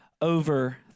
over